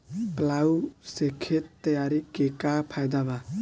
Plough से खेत तैयारी के का फायदा बा?